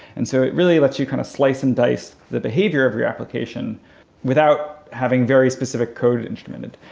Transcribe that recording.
and so it really lets you kind of slice and dice the behavior of your application without having very specific code instrumented.